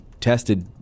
tested